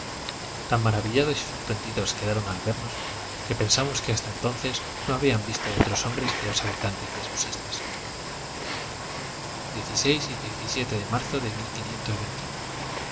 tan maravillados y sorprendidos quedaron al vernos que pensamos que hasta entonces no habían visto otros hombres que los habitantes de sus islas de marzo